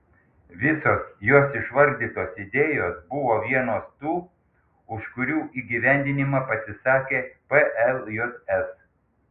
visos jos išvardytos idėjos buvo vienos tų už kurių įgyvendinimą pasisakė pljs